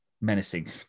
menacing